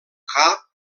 cap